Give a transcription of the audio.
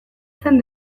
zen